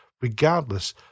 regardless